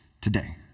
today